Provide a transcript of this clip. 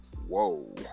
Whoa